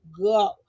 go